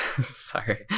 sorry